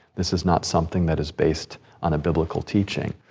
this is not something that is based on a biblical teaching.